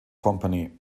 company